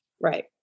Right